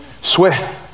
sweat